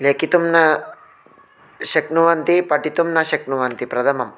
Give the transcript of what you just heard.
लिखितुं न शक्नुवन्ति पठितुं न शक्नुवन्ति प्रथमं